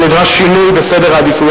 תיכף תגידו שהשרפה היתה מכוונת כדי שידברו אתו.